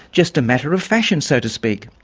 just a matter of fashion so to speak.